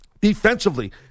Defensively